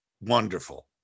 wonderful